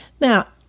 Now